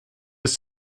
ist